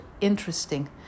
interesting